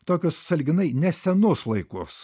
tokius sąlyginai nesenus laikus